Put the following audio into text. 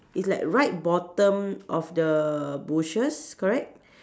it's like right bottom of the bushes correct